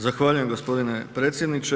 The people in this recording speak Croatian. Zahvaljujem gospodine predsjedniče.